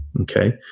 okay